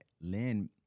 Lynn